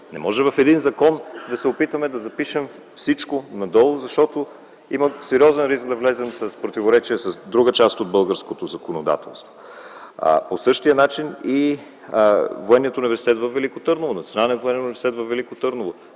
Не може в един закон да се опитаме да разпишем всичко надолу, защото има сериозен риск да влезем в противоречие с друга част от българското законодателство. По същия начин и Военният университет във Велико Търново,